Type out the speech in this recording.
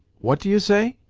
what do you say?